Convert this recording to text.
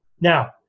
Now